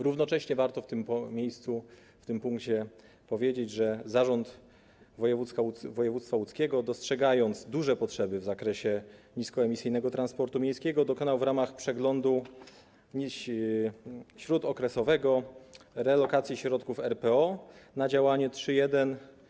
Równocześnie warto w tym miejscu, w tym punkcie powiedzieć, że Zarząd Województwa Łódzkiego, dostrzegając duże potrzeby w zakresie niskoemisyjnego transportu miejskiego, dokonał w ramach przeglądu śródokresowego relokacji środków RPO na działanie 3.1.